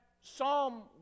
Psalm